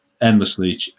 endlessly